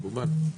מקובל.